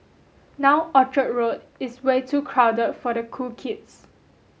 now Orchard Road is way too crowded for the cool kids